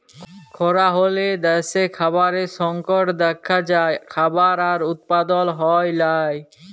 খরা হ্যলে দ্যাশে খাবারের সংকট দ্যাখা যায়, খাবার আর উৎপাদল হ্যয় লায়